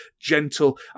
gentle